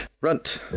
Runt